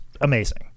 amazing